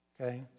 Okay